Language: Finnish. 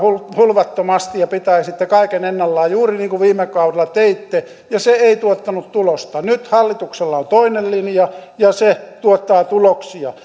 hulvattomasti ja pitäisitte kaiken ennallaan juuri niin kuin viime kaudella teitte ja se ei tuottanut tulosta nyt hallituksella on toinen linja ja se tuottaa tuloksia